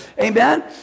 Amen